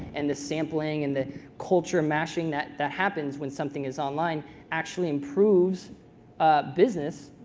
and the sampling, and the culture mashing that that happens when something is online actually improves business,